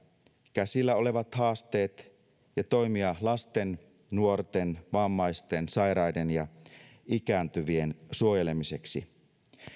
käsillä olevat haasteet ja toimia lasten nuorten vammaisten sairaiden ja ikääntyvien suojelemiseksi